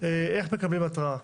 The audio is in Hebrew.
איך מקבלים התראה.